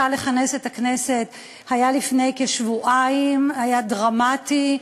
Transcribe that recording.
לכנס את הכנסת היה לפני כשבועיים היה דרמטי.